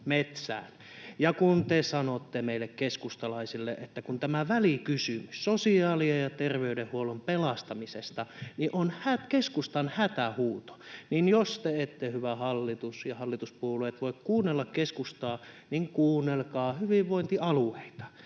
Kun te sanotte meille keskustalaisille, että tämä välikysymys sosiaali- ja terveydenhuollon pelastamisesta on keskustan hätähuuto, niin jos te ette, hyvä hallitus ja hallituspuolueet, voi kuunnella keskustaa, niin kuunnelkaa hyvinvointialueita.